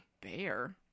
Bear